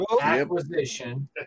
acquisition